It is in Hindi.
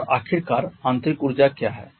और आखिरकार आंतरिक ऊर्जा क्या है